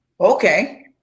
okay